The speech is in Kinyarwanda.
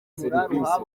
serivisi